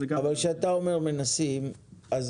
כשאתה אומר מנסים אז